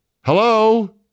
hello